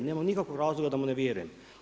Nema nikakvog razloga da mu ne vjerujem.